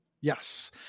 Yes